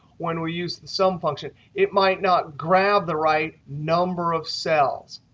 when we use the sum function, it might not grab the right number of cells.